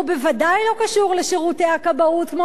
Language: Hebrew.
והוא בוודאי לא קשור לשירותי הכבאות כמו